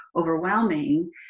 overwhelming